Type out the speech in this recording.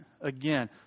again